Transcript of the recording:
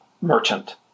merchant